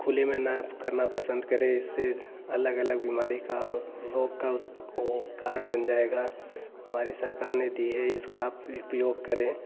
खुले में ना करना पसंद करें इससे अलग अलग बीमारी का रोग का उत वो कारण बन जाएगा हमारी सरकार ने दी है इसका आप उपयोग करें